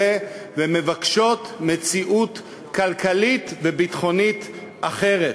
ומבקשות מציאות כלכלית וביטחונית אחרת.